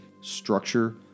structure